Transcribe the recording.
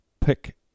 Pick